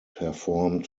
performed